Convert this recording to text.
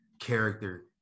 character